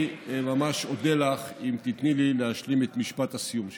אני ממש אודה לך אם תיתני לי להשלים את משפט הסיום שלי.